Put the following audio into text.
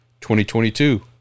2022